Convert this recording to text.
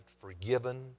forgiven